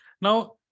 Now